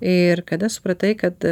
ir kada supratai kad